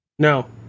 No